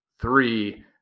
three